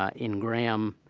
ah in graham,